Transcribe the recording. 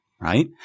Right